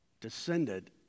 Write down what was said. descended